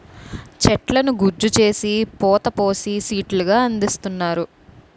చెట్లను గుజ్జు చేసి పోత పోసి సీట్లు గా అందిస్తున్నారు